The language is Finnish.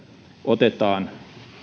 otetaan